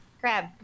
crab